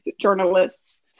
journalists